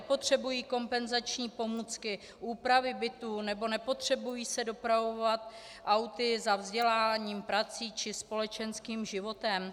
Nepotřebují kompenzační pomůcky, úpravy bytů nebo nepotřebují se dopravovat auty za vzděláním, prací či společenským životem?